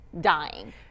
dying